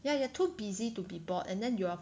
ya you are too busy to be bored and then you are